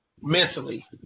mentally